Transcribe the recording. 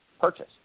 purchase